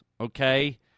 Okay